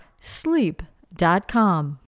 sleep.com